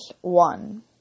one